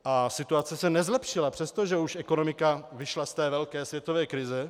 A situace se nezlepšila, přestože už ekonomika vyšla z té velké světové krize.